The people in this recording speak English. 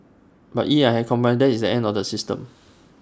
but if I had compromised that is the end of the system